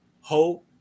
hope